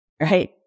right